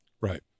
Right